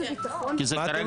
מי בעד